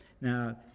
Now